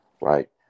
right